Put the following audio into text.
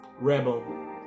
Rebel